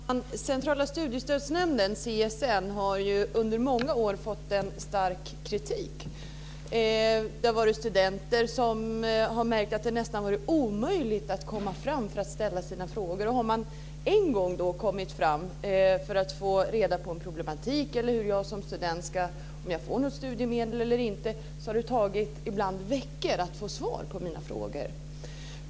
Fru talman! Centrala Studiestödsnämnden, CSN, har ju under många år fått stark kritik. Det har varit studenter som märkt att det varit nästan omöjligt att komma fram för att ställa sina frågor. Har man en gång kommit fram för att få svar på ett problem eller om man som student får något studiemedel eller inte, har det ibland tagit veckor att få svar.